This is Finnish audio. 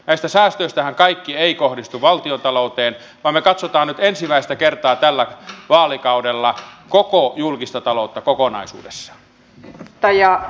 näistä säästöistähän kaikki eivät kohdistu valtiontalouteen vaan me katsomme nyt ensimmäistä kertaa tällä vaalikaudella koko julkista taloutta kokonaisuudessaan